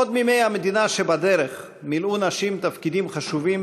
עוד בימי המדינה שבדרך מילאו נשים תפקידים חשובים